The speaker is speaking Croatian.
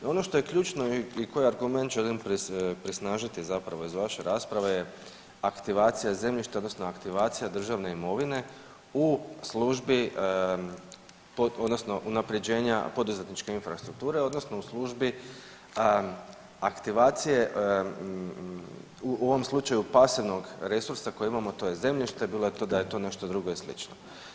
No ono što je ključno i koji argument želim presnažiti zapravo iz vaše rasprave je aktivacija zemljišta odnosno aktivacija državne imovine u službi odnosno unapređenja poduzetničke infrastrukture odnosno u službi aktivacije u ovom slučaju pasivnog resursa koje imamo to je zemljište, bilo da je to nešto drugo i sl.